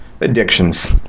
addictions